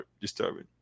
disturbing